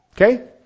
Okay